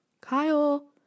Kyle